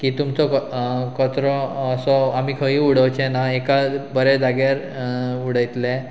की तुमचो कचरो असो आमी खंयूय उडोवचें ना एका बऱ्या जाग्यार उडयतले